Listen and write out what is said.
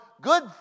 good